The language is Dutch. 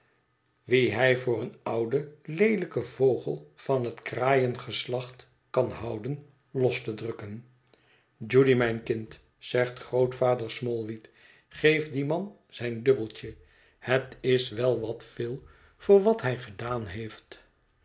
wien hij voor een ouden leelijken vogel van het kraaiengeslacht kan houden los te drukken judy mijn kind zegt grootvader smallweed geef dien man zijn dubbeltje het is wel wat veel voor wat hij gedaan heeft